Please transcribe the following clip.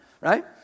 right